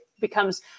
becomes